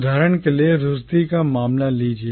उदाहरण के लिए Rushdie रुश्दी का मामला लीजिए